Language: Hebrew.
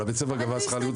אבל בית הספר גבה שכר לימוד,